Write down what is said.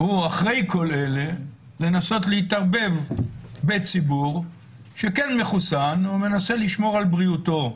או אחרי כל אלה לנסות להתערבב בציבור שכן מחוסן ומנסה לשמור על בריאותו.